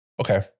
Okay